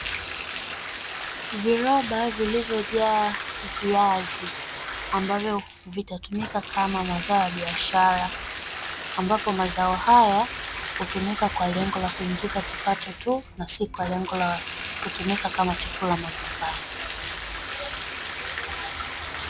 Viroba vilivyojaa viazi ambavyo vitatumika kama mazao ya biashara, ambapo mazao haya hutumika kwa lengo la kuingiza kipato tu, na si kwa lengo la kutumika kama chakula majumbani.